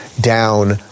down